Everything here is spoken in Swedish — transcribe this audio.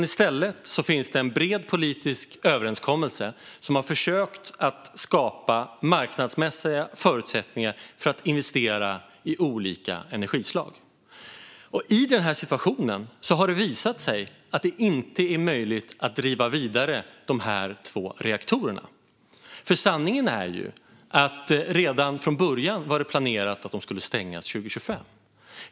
I stället finns det en bred politisk överenskommelse om att försöka skapa marknadsmässiga förutsättningar för att investera i olika energislag. I den situationen har det visat sig att det inte är möjligt att driva vidare de här två reaktorerna. Sanningen är att det redan från början var planerat att de skulle stängas 2025.